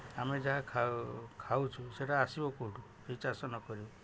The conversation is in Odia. ଆମେ ଯାହା ଖାଉ ଖାଉଛୁ ସେଟା ଆସିବ କେଉଁଠୁ ଏ ଚାଷ ନ କଲେ